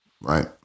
Right